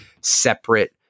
separate